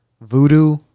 voodoo